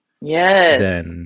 Yes